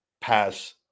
pass